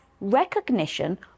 recognition